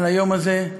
על היום הזה,